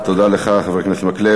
תודה לך, חבר הכנסת מקלב.